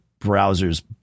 browsers